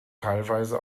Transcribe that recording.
teilweise